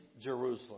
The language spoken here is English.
Jerusalem